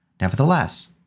Nevertheless